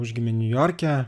užgimė niujorke